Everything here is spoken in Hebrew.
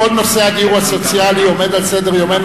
כל נושא הדיור הסוציאלי עומד על סדר-יומנו